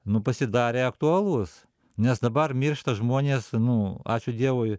nu pasidarė aktualus nes dabar miršta žmonės nu ačiū dievui